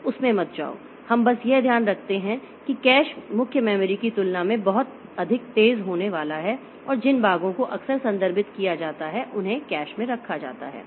तो उस में मत जाओ हम बस यह ध्यान में रखते हैं कि कैश मुख्य मेमोरी की तुलना में बहुत तेज होने वाला है और जिन भागों को अक्सर संदर्भित किया जाता है उन्हें कैश में रखा जा सकता है